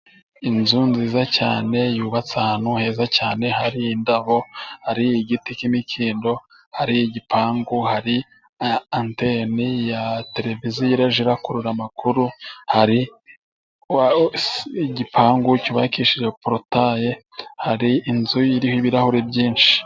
Inzu nziza cyane yubatse ahantu heza cyane hari indabo, hari igiti cy'imikindo, hari igipangu, hari anteni ya televiziyo izajya irakurura amakuru, hari igipangu cyubakishije porutaye, hari inzu iriho ibirahure byinshi.